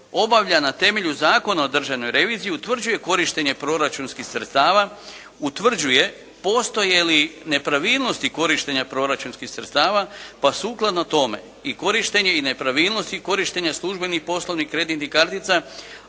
obavlja na temelju Zakona o državnoj reviziji utvrđuje korištenje proračunskih sredstava, utvrđuje postoje li nepravilnosti korištenja proračunskih sredstava pa sukladno tome i korištenje i nepravilnosti korištenja službenih poslovnih kreditnih kartica